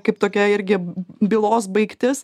kaip tokia irgi bylos baigtis